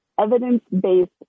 evidence-based